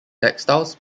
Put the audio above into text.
textiles